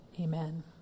Amen